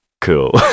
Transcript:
cool